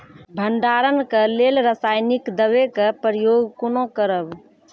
भंडारणक लेल रासायनिक दवेक प्रयोग कुना करव?